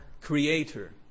creator